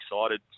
excited